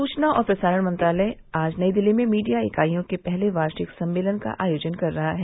सूचना और प्रसारण मंत्रालय आज नई दिल्ली में मीडिया इकाईयों के पहले वार्षिक सम्मेलन का आयोजन कर रहा है